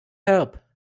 help